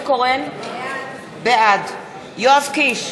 בעד יואב קיש,